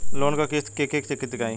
Loan क किस्त के के दियाई?